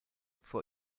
vor